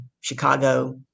Chicago